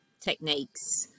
techniques